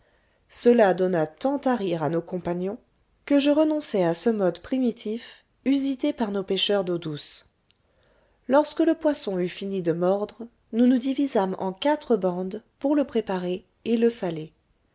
cela donna tant à rire à nos compagnons que je renonçai à ce mode primitif usité par nos pêcheurs d'eau douce lorsque le poisson eut fini de mordre nous nous divisâmes en quatre bandes pour le préparer et le saler